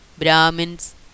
Brahmins